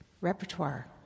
repertoire